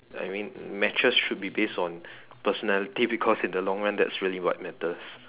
I mean matches should be based on personality because in the long run that's really what matters